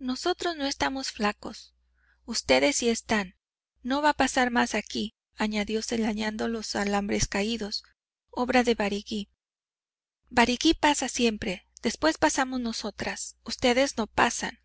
nosotros no estamos flacos ustedes sí están no va a pasar más aquí añadió señalando los alambres caídos obra de barigüí barigüí pasa siempre después pasamos nosotras ustedes no pasan